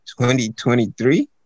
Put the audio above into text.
2023